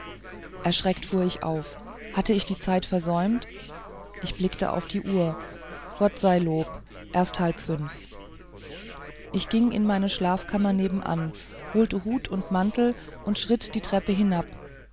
erschreckt fuhr ich auf hatte ich die zeit verträumt ich blickte auf die uhr gott sei lob erst halb fünf ich ging in meine schlafkammer nebenan holte hut und mantel und schritt die treppen hinab